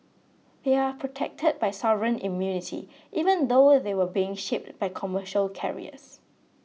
they are protected by sovereign immunity even though they were being shipped by commercial carriers